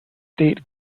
state